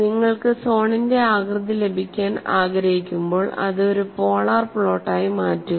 നിങ്ങൾക്ക് സോണിന്റെ ആകൃതി ലഭിക്കാൻ ആഗ്രഹിക്കുമ്പോൾ അത് ഒരു പോളാർ പ്ലോട്ടായി മാറ്റുക